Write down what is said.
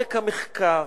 מעומק המחקר